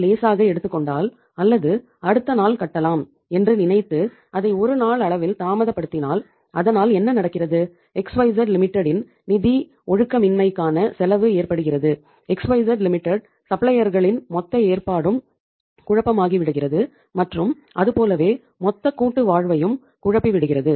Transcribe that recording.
Z மொத்த ஏற்பாடும் குழப்பமாகிவிடுகிறது மற்றும் அது போலவே மொத்த கூட்டுவாழ்வையும் குழப்பி விடுகிறது